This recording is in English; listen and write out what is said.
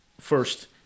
first